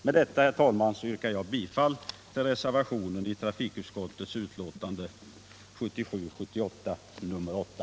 Med detta, herr talman, yrkar jag bifall till reservationen i trafikutskottets betänkande 1977/78:8.